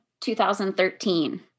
2013